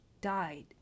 died